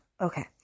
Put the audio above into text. okay